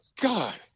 God